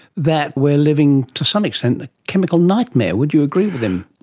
that we are living to some extent in a chemical nightmare. would you agree with him?